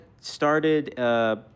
started